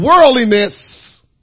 worldliness